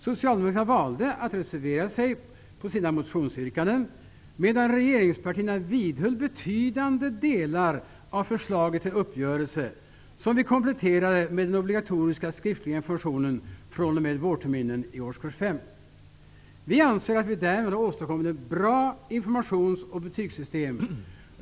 Socialdemokraterna valde att reservera sig på sina motionsyrkanden, medan regeringspartierna vidhöll betydande delar av förslaget till uppgörelse, som vi kompletterar med att skriftlig information skall bli obligatorisk fr.o.m. vårterminen i årskurs 5. Vi anser att vi därmed har åstadkommit ett bra informations och betygssystem.